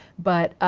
but